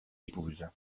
épouse